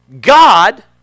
God